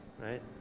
right